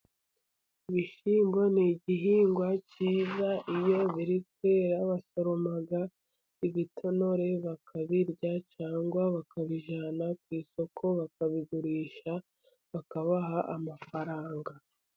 Ibishyimbo ni igihingwa cyiza. Iyo biri kwera basoroma ibitonore bakabirya, cyangwa bakabijyana ku isoko bakabigurisha, bakabaha amafaranga.